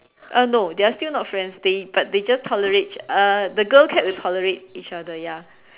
uh no they are still not friends they but they just tolerate uh the girl cat tolerate each other ya